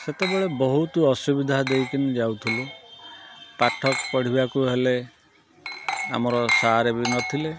ସେତେବେଳେ ବହୁତ ଅସୁବିଧା ଦେଇକିନି ଯାଉଥୁଲୁ ପାଠ ପଢ଼ିବାକୁ ହେଲେ ଆମର ସାର୍ ବି ନଥିଲେ